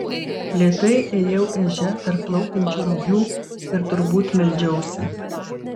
lėtai ėjau ežia tarp plaukiančių rugių ir turbūt meldžiausi